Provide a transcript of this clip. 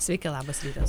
sveiki labas rytas